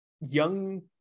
young